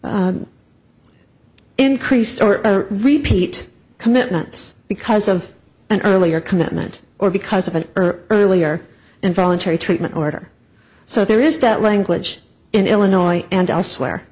increased or repeat commitments because of an earlier commitment or because of an earlier involuntary treatment order so there is that language in illinois and elsewhere